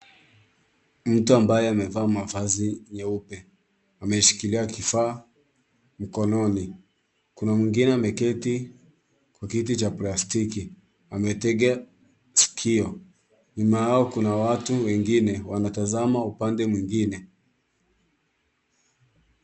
Mtu ambaye amevaa mavazi nyeupe ameshikilia kifaa mkononi. Kuna mwingine ameketi kwa kiti cha plastiki ametega sikio. Nyuma yao kuna watu wengine wanatazama upande mwingine.